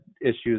issues